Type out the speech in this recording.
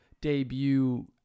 debut